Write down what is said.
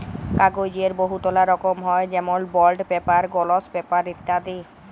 কাগ্যজের বহুতলা রকম হ্যয় যেমল বল্ড পেপার, গলস পেপার ইত্যাদি